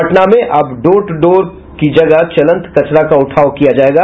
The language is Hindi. पटना में अब डोर टू डोर की जगह चलंत कचरा का उठाव किया जायेगा